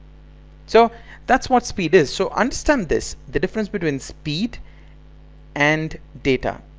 so that's what speed is. so understand this. the difference between speed and data.